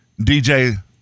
DJ